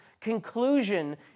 conclusion